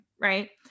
Right